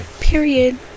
period